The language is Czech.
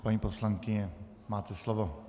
Paní poslankyně, máte slovo.